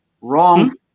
wrong